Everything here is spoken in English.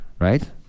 right